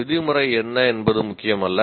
விதிமுறை என்ன என்பது முக்கியமல்ல